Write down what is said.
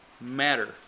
matter